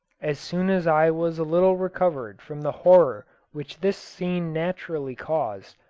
as soon as i was a little recovered from the horror which this scene naturally caused,